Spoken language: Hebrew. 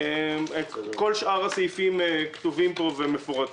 כל שאר הסעיפים כתובים פה ומפורטים.